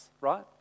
right